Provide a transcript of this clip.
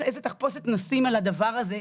איך תחפושת נשים על הדבר הזה,